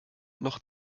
noch